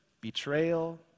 betrayal